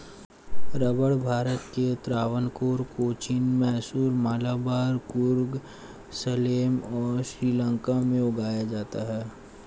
रबड़ भारत के त्रावणकोर, कोचीन, मैसूर, मलाबार, कुर्ग, सलेम और श्रीलंका में उगाया जाता है